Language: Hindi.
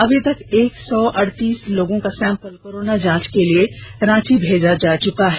अभी तक एक सौ अड़तीस लोगों का सैंपल कोरोना जांच के लिए रांची भेजा जा चुका है